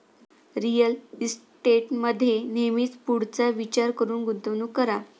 real इस्टेटमध्ये नेहमी पुढचा विचार करून गुंतवणूक करा